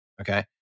okay